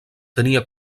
tenia